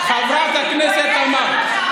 תקשיבי, הצעת החוק הזאת בשבילך